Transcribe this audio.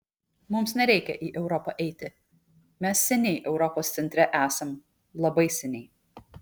mums nereikia į europą eiti mes seniai europos centre esam labai seniai